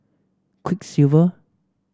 quiksilver